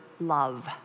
love